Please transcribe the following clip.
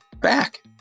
back